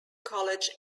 college